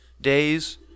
days